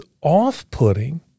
off-putting